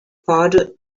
father